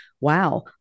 wow